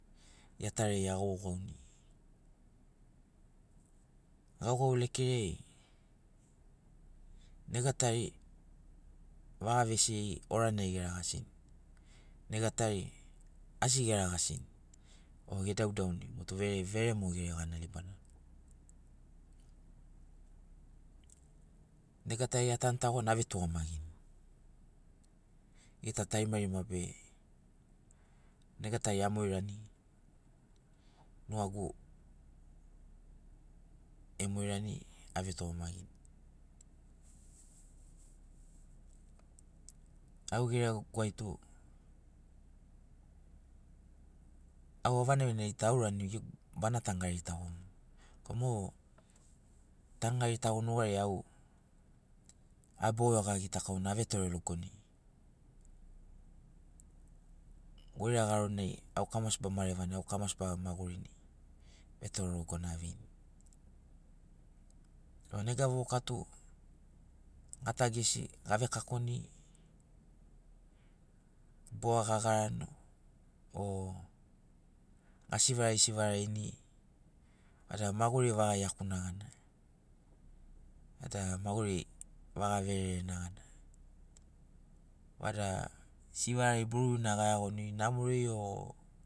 Iatariai a gaugauni gaugau lekeriai nega tari vaga vesiri oranai ge ragasin nega tari asi ge ragasin o ge daudauni motu vere mogo libana nega tari atanu tagon ave tugamagini gita tarima rima be nega tari amoirani nugagu emoirani ave tugamagin au geregagu ai tu au vanagi vanagi aurani bana tanu gari tago mogo korana mo tanu gari tago nugariai au mo a boioga gitakaun ave tore logoni goira garinai au kamasi ba marevan au kamasi ba magurini vetore logo na avein o nega vovoka tu gatagu gesi ga vekakoni bua ga garani o ga sivarai sivaraini vada maguri vaga iakuna gana vada maguri vaga vererena gana vada sivarai borurina ga iagoni namori o